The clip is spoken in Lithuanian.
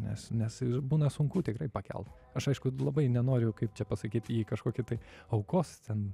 nes nes ir būna sunku tikrai pakelt aš aišku labai nenoriu kaip čia pasakyt į kažkokį tai aukos ten